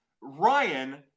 Ryan